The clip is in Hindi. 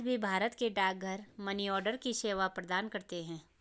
आज भी भारत के डाकघर मनीआर्डर की सेवा प्रदान करते है